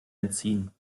entziehen